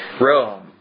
Rome